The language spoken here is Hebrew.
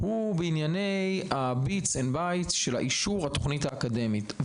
הוא בענייני ה-bits and bytes של אישור התכנית האקדמית.